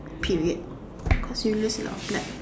period cause you lose a lot of blood